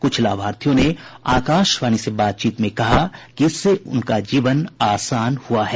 कुछ लाभार्थियों ने आकाशवाणी से बातचीत में कहा कि इससे उनकी जीवन आसान हुआ है